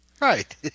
Right